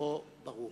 זכרו ברוך.